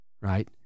right